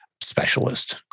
specialist